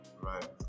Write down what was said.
right